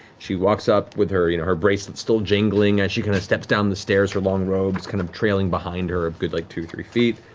she walks up with her you know her bracelets still jingling as she kind of steps down the stairs, her long robes kind of trailing behind her a good like two-three feet.